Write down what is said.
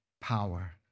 power